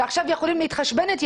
ועכשיו יכולים להתחשבן איתי.